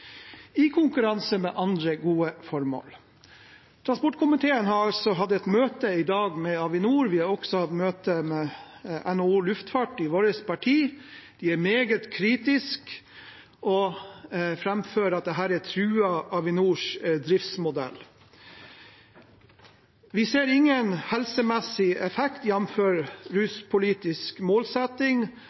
i konkurranse med andre gode formål. Transportkomiteen har altså hatt et møte i dag med Avinor. Vi har også hatt møte med NHO Luftfart i vårt parti. De er meget kritiske og framfører at dette truer Avinors driftsmodell. Vi ser ingen helsemessig effekt, jf. ruspolitisk målsetting.